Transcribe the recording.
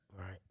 Right